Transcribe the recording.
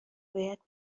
باید